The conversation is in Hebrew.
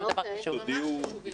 תהיו קשורים לווטסאפ.